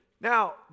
now